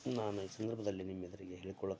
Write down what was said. ನಾನು ಈ ಸಂದರ್ಭದಲ್ಲಿ ನಿಮ್ಮೆದುರಿಗೆ ಹೇಳಿಕೊಳ್ಳುತ್ತಾ